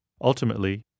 Ultimately